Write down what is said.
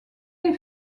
est